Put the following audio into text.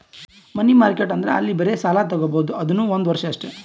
ಮನಿ market ಅಂದುರ್ ಅಲ್ಲಿ ಬರೇ ಸಾಲ ತಾಗೊಬೋದ್ ಅದುನೂ ಒಂದ್ ವರ್ಷ ಅಷ್ಟೇ